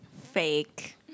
Fake